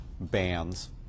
bands